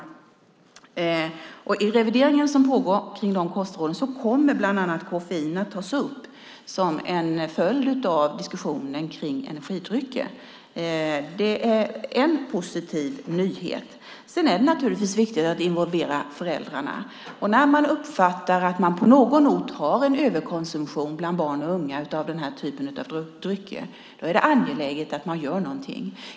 I den revidering som pågår av de kostråden kommer bland annat koffein att tas upp som en följd av diskussionen om energidrycker. Det är en positiv nyhet. Det är naturligtvis viktigt att involvera föräldrarna. När man uppfattar att man på någon ort har en överkonsumtion bland barn och unga av den här typen av drycker är det angeläget att man gör någonting.